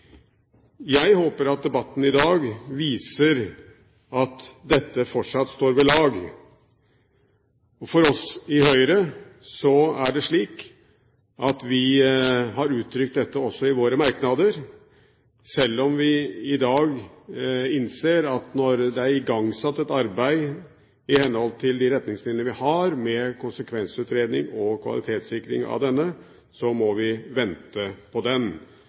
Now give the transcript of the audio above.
Jeg håper at debatten i dag viser at dette fortsatt står ved lag. Vi i Høyre har uttrykt dette også i våre merknader, selv om vi i dag innser at når det er igangsatt et arbeid i henhold til de retningslinjer vi har, med konsekvensutredning og kvalitetssikring, må vi vente på